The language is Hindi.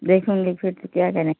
देखूँगी फिर तो क्या करें